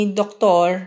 doktor